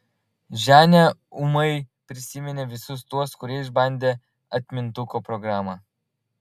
ženia ūmai prisiminė visus tuos kurie išbandė atmintuko programą